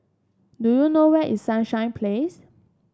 do you know where is Sunshine Place